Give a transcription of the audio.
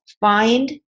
find